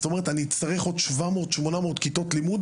זאת אומרת אצטרך עוד 700 800 כיתות לימוד